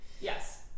yes